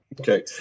Okay